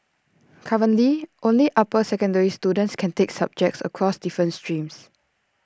currently only upper secondary students can take subjects across different streams